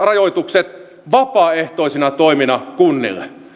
rajoitukset vapaaehtoisina toimina kunnille